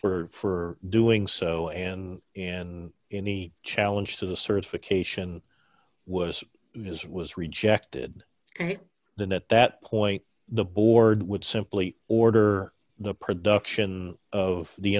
for doing so and and any challenge to the certification was his was rejected then at that point the board would simply order the production of the